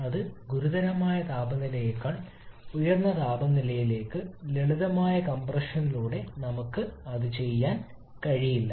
അത് ഗുരുതരമായ താപനിലയേക്കാൾ ഉയർന്ന താപനില നിലയ്ക്ക് ലളിതമായ ഒരു കംപ്രഷനിലൂടെ നമ്മൾക്ക് അത് ചെയ്യാൻ കഴിയില്ല